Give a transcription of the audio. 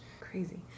Crazy